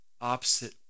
opposite